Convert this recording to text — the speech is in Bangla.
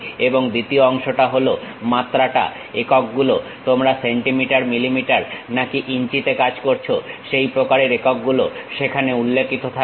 এবং দ্বিতীয় অংশটা হলো মাত্রাটা একক গুলো তোমরা সেন্টিমিটার মিলিমিটার না কি ইঞ্চিতে কাজ করছো সেই প্রকারের একক গুলো সেখানে উল্লেখিত থাকবে